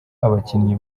abakinnyi